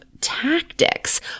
tactics